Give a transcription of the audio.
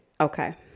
Okay